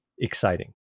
exciting